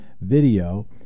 video